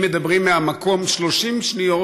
אם מדברים מהמקום 30 שניות,